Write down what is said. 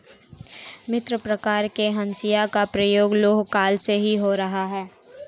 भिन्न प्रकार के हंसिया का प्रयोग लौह काल से ही हो रहा है